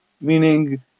meaning